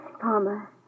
Palmer